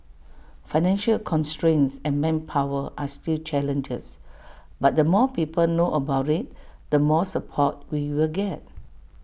financial constraints and manpower are still challenges but the more people know about IT the more support we will get